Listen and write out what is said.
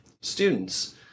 students